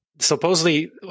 Supposedly